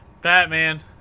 Batman